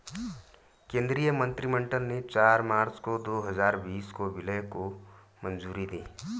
केंद्रीय मंत्रिमंडल ने चार मार्च दो हजार बीस को विलय को मंजूरी दी